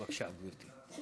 בבקשה, גברתי.